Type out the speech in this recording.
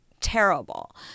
terrible